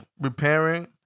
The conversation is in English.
repairing